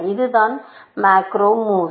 இதுதான் macro moves